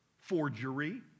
Forgery